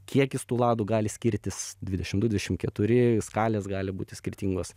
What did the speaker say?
kiekis tų ladų gali skirtis dvidešimt dvidešim keturi skalės gali būti skirtingos